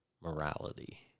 morality